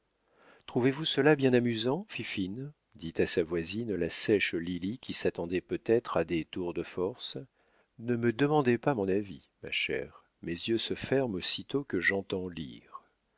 trouvez-vous cela bien amusant fifine dit à sa voisine la sèche lili qui s'attendait peut-être à des tours de force ne me demandez pas mon avis ma chère mes yeux se ferment aussitôt que j'entends